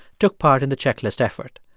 took part in the checklist effort.